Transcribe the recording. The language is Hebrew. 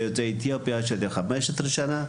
ויוצאי אתיופיה שזה 15 שנה,